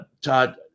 Todd